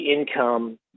income